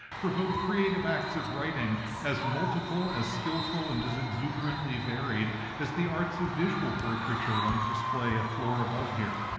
provoked creative acts of writing as multiple, as skillful, and as exuberantly varied as the arts of visual portraiture on display a floor above here.